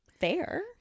fair